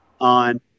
on